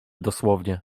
dosłownie